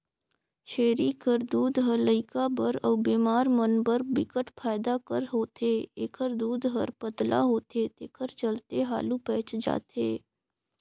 छेरी कर दूद ह लइका बर अउ बेमार मन बर बिकट फायदा कर होथे, एखर दूद हर पतला होथे तेखर चलते हालु पयच जाथे